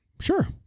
Sure